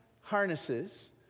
harnesses